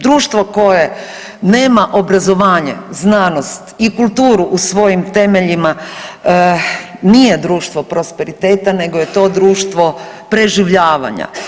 Društvo koje nema obrazovanje, znanost i kulturu u svojim temeljima, nije društvo prosperiteta nego je to društvo preživljavanja.